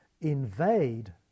invade